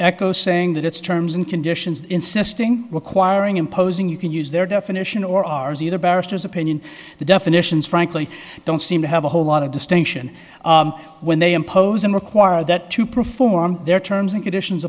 echo saying that it's terms and conditions insisting requiring imposing you can use their definition or ours either barristers opinion the definitions frankly don't seem to have a whole lot of distinction when they impose and require that to perform their terms and conditions